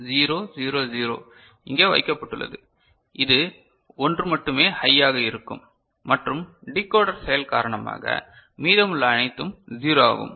0 0 0 இங்கே வைக்கப்பட்டுள்ளது இது ஒன்று மட்டுமே ஹையாக இருக்கும் மற்றும் டிகோடர் செயல் காரணமாக மீதமுள்ள அனைத்தும் 0 ஆகும்